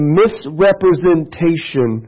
misrepresentation